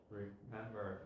remember